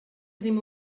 tenim